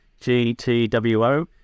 GTWO